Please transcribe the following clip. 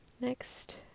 Next